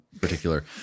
particular